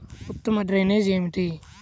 ఉత్తమ డ్రైనేజ్ ఏమిటి?